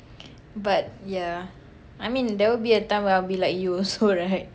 but yeah I mean there will be a time where I'll be like you also right